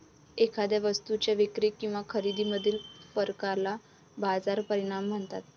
एखाद्या वस्तूच्या विक्री किंवा खरेदीमधील फरकाला बाजार परिणाम म्हणतात